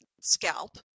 scalp